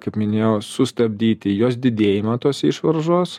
kaip minėjau sustabdyti jos didėjimą tos išvaržos